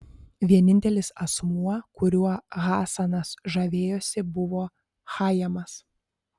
vienintelis asmuo kuriuo hasanas žavėjosi buvo chajamas